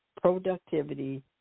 productivity